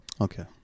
Okay